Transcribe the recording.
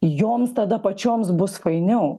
joms tada pačioms bus fainiau